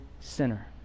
sinner